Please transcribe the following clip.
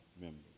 members